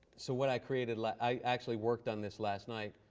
so what i created like i actually worked on this last night,